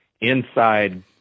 inside